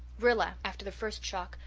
rilla, after the first shock,